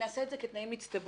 נעשה את זה כתנאים מצטברים.